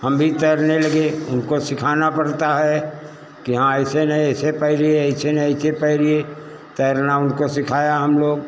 हम भी तैरने लगे उनको सिखाना पड़ता है कि हाँ ऐसे नहीं ऐसे पैरिए ऐसे नहीं अइसे पैरिए तैरना उनको सिखाया हम लोग